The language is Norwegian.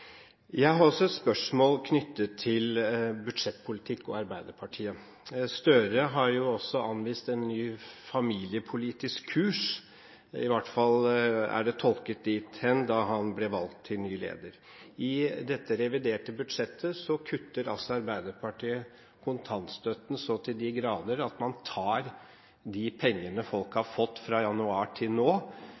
Jeg har et spørsmål knyttet til budsjettpolitikk og Arbeiderpartiet. Representanten Gahr Støre har anvist en ny familiepolitisk kurs. I hvert fall ble det tolket dithen da han ble valgt til ny leder. I dette reviderte budsjettet kutter Arbeiderpartiet kontantstøtten så til de grader ved at man tar de pengene folk har fått fra januar til nå,